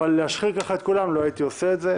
אבל להשחיר ככה את כולם, לא הייתי עושה את זה.